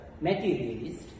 materialist